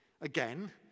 again